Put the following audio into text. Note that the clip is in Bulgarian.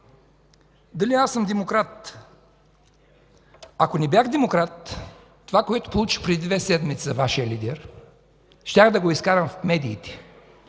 дали аз съм демократ – ако не бях демократ, това, което получих преди две седмици за Вашия лидер, щях да го изкарам в медиите.